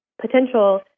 potential